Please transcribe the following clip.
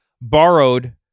borrowed